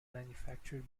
manufactured